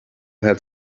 had